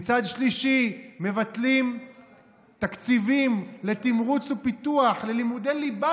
ומצד שלישי מבטלים תקציבים לתמרוץ ופיתוח ללימודי ליבה,